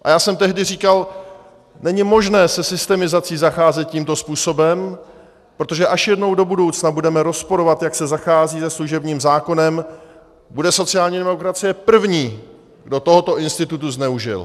A já jsem tehdy říkal, není možné se systemizací zacházet tímto způsobem, protože až jednou do budoucna budeme rozporovat, jak se zachází se služebním zákonem, bude sociální demokracie první, kdo tohoto institutu zneužil.